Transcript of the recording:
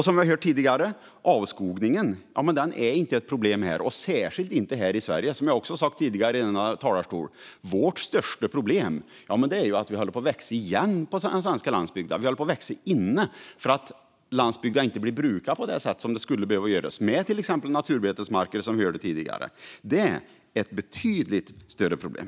Som vi tidigare hört är avskogningen inget problem i Sverige. Som jag sagt tidigare i talarstolen är vårt största problem att den svenska landsbygden håller på att växa igen. Vi håller på att växa inne eftersom landsbygden inte brukas på det sätt som skulle behövas, med exempelvis naturbetesmarker. Detta är ett betydligt större problem.